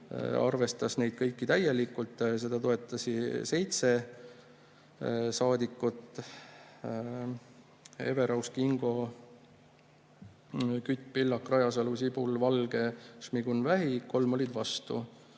arvestas neid kõiki täielikult. Seda toetas 7 saadikut: Everaus, Kingo, Kütt, Pillak, Rajasalu, Sibul, Valge, Šmigun-Vähi. Vastu